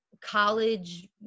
college